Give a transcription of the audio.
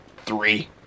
three